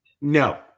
No